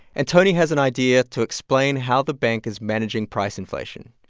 and tony has an idea to explain how the bank is managing price inflation.